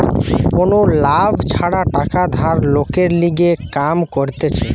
কোনো লাভ ছাড়া টাকা ধার লোকের লিগে কাম করতিছে